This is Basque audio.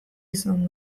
izan